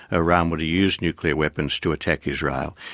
iran were to use nuclear weapons to attack israel,